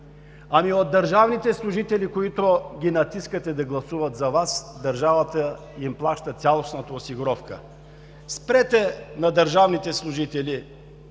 Ами от държавните служители, които натискате да гласуват за Вас, държавата им плаща цялостната осигуровка. Спрете на държавните служители